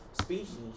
species